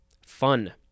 Fun